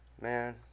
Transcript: man